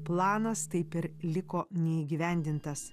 planas taip ir liko neįgyvendintas